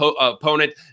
opponent